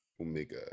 Omega